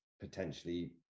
potentially